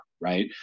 right